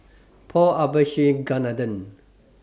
Paul Abisheganaden